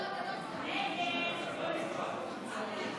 לא נתקבלה.